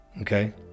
okay